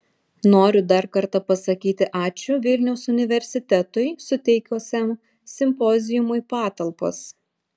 noriu dar kartą pasakyti ačiū vilniaus universitetui suteikusiam simpoziumui patalpas